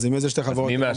בהתאם לחוק החברות,